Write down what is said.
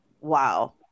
Wow